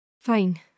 Fine